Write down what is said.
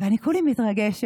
ואני כולי מתרגשת,